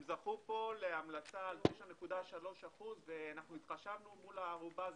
הם זכו פה להמלצה על 9.3%. אנחנו התחשבנו מול הערובה הזמנית,